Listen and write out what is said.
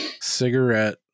Cigarette